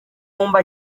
cyumba